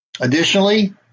Additionally